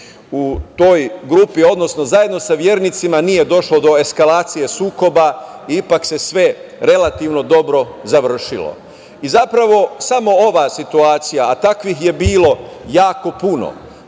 u toj grupi, odnosno zajedno sa vernicima, nije došlo do eskalacije sukoba i ipak se sve relativno dobro završilo. Zapravo, samo ova situacija, a takvih je bilo jako puno,